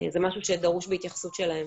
זה משהו שדרוש בהתייחסות שלהם.